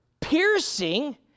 Piercing